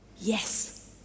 yes